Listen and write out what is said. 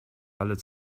alle